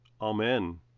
Amen